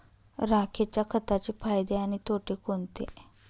राखेच्या खताचे फायदे आणि तोटे कोणते?